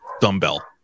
dumbbell